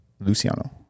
Luciano